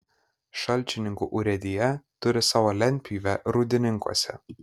šalčininkų urėdija turi savo lentpjūvę rūdininkuose